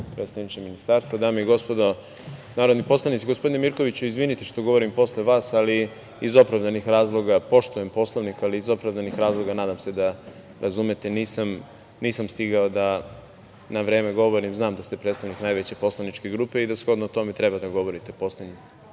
predstavniče ministarstva, dame i gospodo narodni poslanici, gospodine Mirkoviću, izvinite što govorim posle vas, ali iz opravdanih razloga. Poštujem Poslovnik, ali iz opravdanih razloga, nadam se da razumete, nisam stigao da na vreme govorim. Znam da ste predstavnik najveće poslaničke grupe i da shodno tome treba da govorite poslednji.